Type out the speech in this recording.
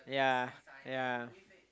yeah yeah